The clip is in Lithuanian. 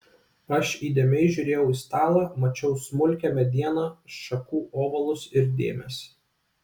aš įdėmiai žiūrėjau į stalą mačiau smulkią medieną šakų ovalus ir dėmes